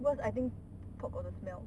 because I think pork got the smell